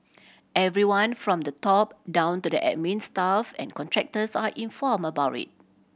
everyone from the top down to the admin staff and contractors are informed about it